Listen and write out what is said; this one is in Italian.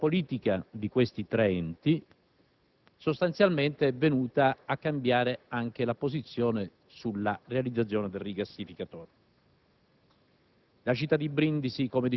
il mutamento della guida politica di questi tre enti, sostanzialmente è venuta a cambiare anche la posizione a proposito della realizzazione del rigassificatore.